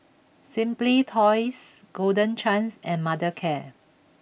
Simply Toys Golden Chance and Mothercare